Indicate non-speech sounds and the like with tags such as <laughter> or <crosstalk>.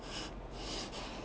<laughs>